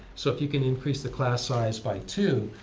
so if you can increase the class size by two,